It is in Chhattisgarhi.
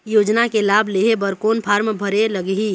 योजना के लाभ लेहे बर कोन फार्म भरे लगही?